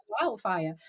wildfire